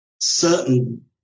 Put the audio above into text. certain